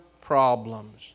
problems